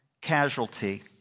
casualty